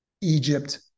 Egypt